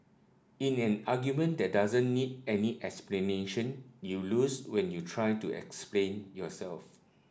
in an argument that doesn't need any explanation you lose when you try to explain yourself